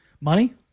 Money